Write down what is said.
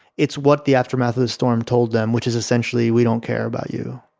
it's what the aftermath of the storm told them, which is essentially, we don't care about you,